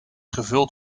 gevuld